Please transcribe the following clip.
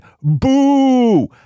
boo